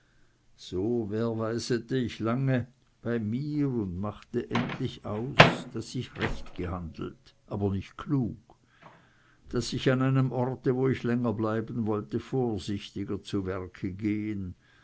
so werweisete ich bei mir lange und machte endlich aus daß ich recht gehandelt aber nicht klug daß ich an einem orte wo ich länger bleiben wolle vorsichtiger zu werke gehen